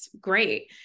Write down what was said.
Great